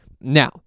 Now